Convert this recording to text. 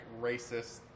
racist